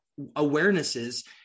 awarenesses